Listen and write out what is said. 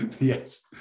Yes